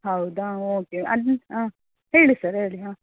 ಹೌದಾ ಓಕೆ ಅಂದು ಹಾಂ ಹೇಳಿ ಸರ್ ಹೇಳಿ ಹಾಂ